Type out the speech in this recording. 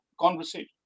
conversation